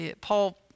Paul